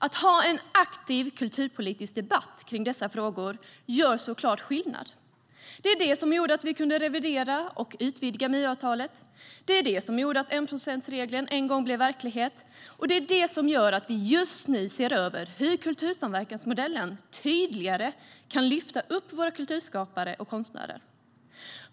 Att ha en aktiv kulturpolitisk debatt kring dessa frågor gör såklart skillnad. Det var det som gjorde att vi kunde revidera och utvidga MU-avtalet, det var det som gjorde att enprocentsregeln en gång blev verklighet och det är det som gör att vi just nu ser över hur kultursamverkansmodellen tydligare kan lyfta upp våra kulturskapare och konstnärer.